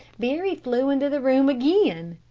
barry flew into the room again.